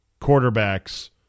quarterbacks